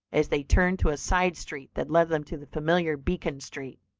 as they turned to a side street that led them to the familiar beacon street.